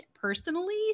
personally